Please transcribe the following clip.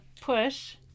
push